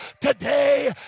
today